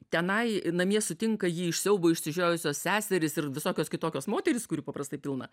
tenai namie sutinka jį iš siaubo išsižiojusios seserys ir visokios kitokios moterys kurių paprastai pilna